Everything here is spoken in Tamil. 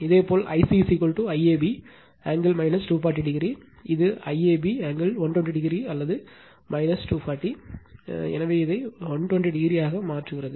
இதேபோல் IC IAB angle 240o IAB angle 120o அது 240 எனவே இதை 120o ஆக மாற்றுகிறது